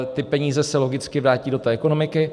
Ty peníze se logicky vrátí do ekonomiky.